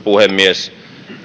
puhemies